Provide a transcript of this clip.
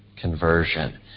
conversion